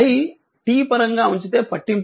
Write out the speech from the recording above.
ఈ i t పరంగా ఉంచితే పట్టింపు లేదు